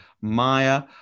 Maya